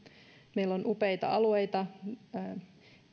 meillä on upeita alueita